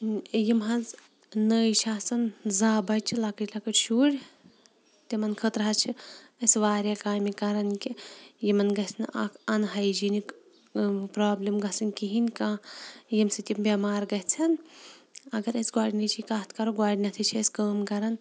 یِم حظ نٔے چھِ آسان زا بَچہِ لَکٕٹۍ لَکٕٹۍ شُرۍ تِمَن خٲطرٕ حظ چھِ أسۍ واریاہ کامہِ کَران کہِ یِمَن گژھِ نہٕ اَکھ اَن ہایجیٖنِک پرٛابلِم گژھٕنۍ کِہیٖنۍ کانٛہہ ییٚمہِ سۭتۍ یِم بٮ۪مار گژھن اگر أسۍ گۄڈٕنِچی کَتھ کَرو گۄڈنٮ۪تھٕے چھِ أسۍ کٲم کَران